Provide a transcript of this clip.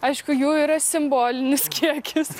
aišku jų yra simbolinis kiekis